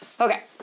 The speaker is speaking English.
Okay